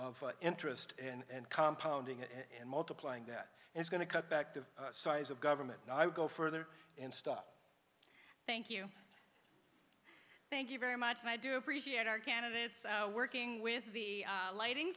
of interest and compound ing and multiplying that he's going to cut back the size of government and i would go further and stop thank you thank you very much and i do appreciate our candidates working with the lighting